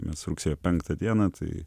metų rugsėjo penktą ą dieną tai